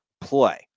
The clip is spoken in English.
play